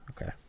Okay